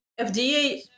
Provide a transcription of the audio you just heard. FDA